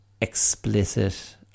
explicit